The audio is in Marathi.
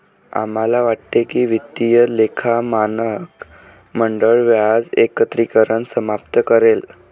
आम्हाला वाटते की वित्तीय लेखा मानक मंडळ व्याज एकत्रीकरण समाप्त करेल